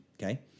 okay